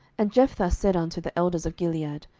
and jephthah said unto the elders of gilead,